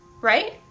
Right